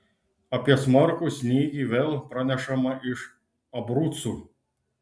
apie smarkų snygį vėl pranešama iš abrucų